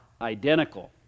identical